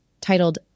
titled